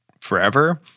forever